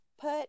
put